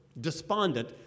despondent